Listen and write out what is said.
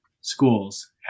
schools